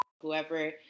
Whoever